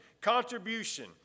contribution